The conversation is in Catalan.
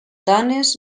dones